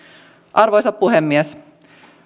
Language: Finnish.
arvoisa puhemies